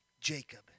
Jacob